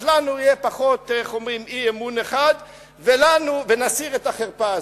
אז לנו יהיה פחות אי-אמון אחד ונסיר את החרפה הזאת.